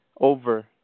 Over